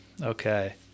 Okay